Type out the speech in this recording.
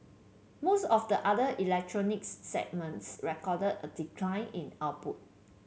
most of the other electronics segments recorded a decline in output